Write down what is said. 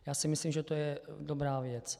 Já si myslím, že to je dobrá věc.